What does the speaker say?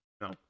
No